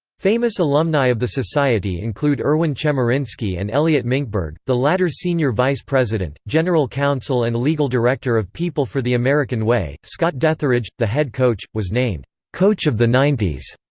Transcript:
famous alumni of the society include erwin chemerinsky and elliot mincberg, the latter senior vice president, general counsel and legal director of people for the american way. scott deatherage, the head coach, was named coach of the nineties.